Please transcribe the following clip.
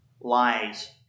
lies